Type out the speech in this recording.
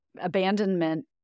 abandonment